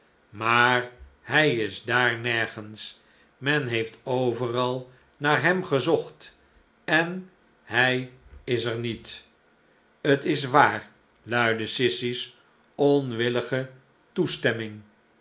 maar hij is daar nergens men heeft overal naar hem gezocht en hij is er niet t is waar luidde sissy's onwillige toestemming